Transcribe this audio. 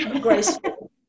graceful